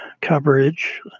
coverage